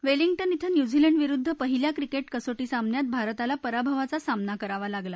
Wellington क्रें न्यूझीलंडविरुद्ध पहिल्या क्रिकेट कसोटी सामन्यात भारताला पराभवाचा सामना करावा लागला